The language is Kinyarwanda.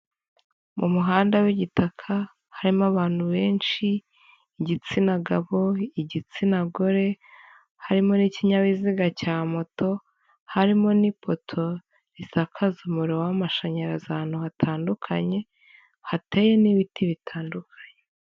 Mu muhanda w'igitaka harimo abantu benshi, igitsina gabo, igitsina gore, harimo n'ikinyabiziga cya moto, harimo n'ipoto risakaza umuriro w'amashanyarazi ahantu hatandukanye, hateye n'ibiti bitandukanye.